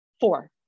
Four